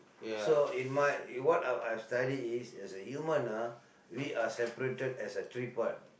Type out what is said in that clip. so in my in what I I've studied is as a human ah we are separated as a three part